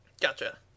Gotcha